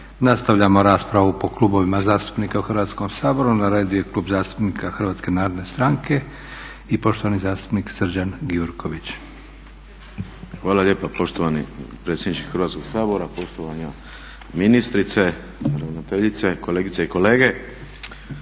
Nastavljamo raspravu po klubovima zastupnika u Hrvatskom saboru. Na radu je Klub zastupnika HNS-a i poštovani zastupnik Srđan Gjurković. **Gjurković, Srđan (HNS)** Hvala lijepa. Poštovani predsjedniče Hrvatskog sabora, poštovana ministrice, ravnateljice, kolegice i kolege.